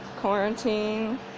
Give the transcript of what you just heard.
quarantine